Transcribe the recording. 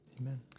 Amen